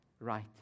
right